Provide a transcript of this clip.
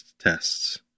tests